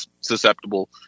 susceptible